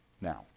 now